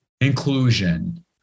inclusion